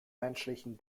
menschlichen